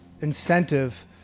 incentive